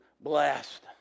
blessed